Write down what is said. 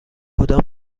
کدام